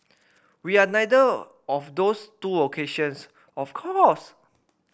we are neither of those two locations of course